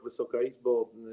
Wysoka Izbo!